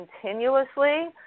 continuously